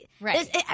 Right